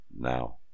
now